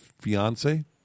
fiance